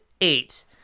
eight